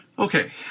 Okay